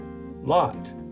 lot